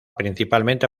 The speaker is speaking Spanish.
principalmente